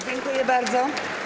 Dziękuję bardzo.